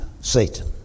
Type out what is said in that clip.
Satan